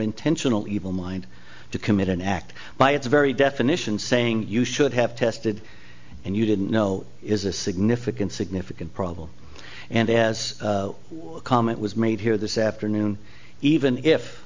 intentional evil mind to commit an act by its very definition saying you should have tested and you didn't know is a significant significant problem and as a comment was made here this afternoon even if